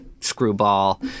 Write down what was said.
screwball